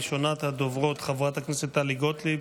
ראשונת הדוברות, חברת הכנסת טלי גוטליב,